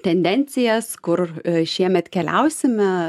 tendencijas kur šiemet keliausime